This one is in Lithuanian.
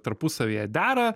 tarpusavyje dera